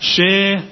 Share